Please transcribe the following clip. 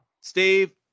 Steve